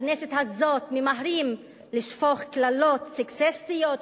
בכנסת הזאת ממהרים לשפוך קללות סקסיסטיות,